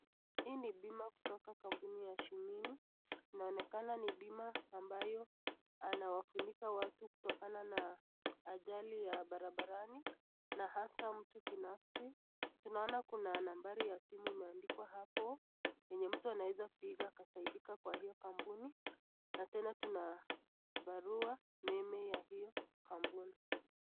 Hii ni bima kutoka kampuni ya Shumini inaonekana ni bima ambayo anawafunika watu kutokana na ajali ya barabarani na hasa mtu binafsi tunaona kuna nambari ya simu imeandikwa hapo yenye mtu anaweza piga akasaidika kwa hiyo kampuni na tena tuna barau meme ya hiyo kampuni.